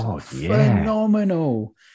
phenomenal